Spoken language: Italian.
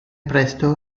presto